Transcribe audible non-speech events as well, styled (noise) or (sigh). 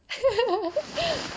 (laughs)